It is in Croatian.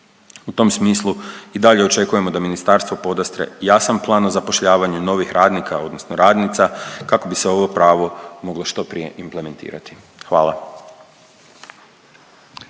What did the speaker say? U tom smislu i dalje očekujemo da ministarstvo podastre jasan plan o zapošljavanju novih radnika odnosno radnica kako bi se ovo pravo moglo što prije implementirati. Hvala.